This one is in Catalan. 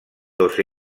dos